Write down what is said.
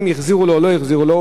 אם החזירו לו או לא החזירו לו.